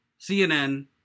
CNN